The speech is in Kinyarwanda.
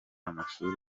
amashuri